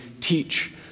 teach